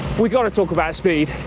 we've gotta talk about speed.